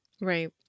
Right